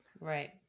Right